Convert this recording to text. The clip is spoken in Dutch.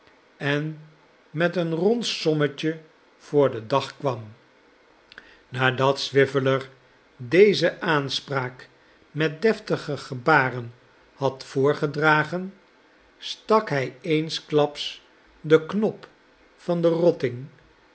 en met een rond sommetje voor den dag kwam nadat swiveller deze aanspraak met deftige gebaren had voorgedragen stak hij eensklaps den knop van den rotting